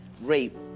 rape